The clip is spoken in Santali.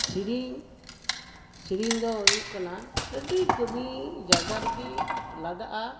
ᱥᱮᱨᱮᱧ ᱥᱮᱨᱮᱧ ᱫᱚ ᱦᱩᱭᱩᱜ ᱠᱟᱱᱟ ᱟᱹᱰᱤ ᱠᱟᱹᱢᱤ ᱡᱟᱭᱜᱟ ᱨᱮᱜᱮ ᱞᱟᱜᱟᱜᱼᱟ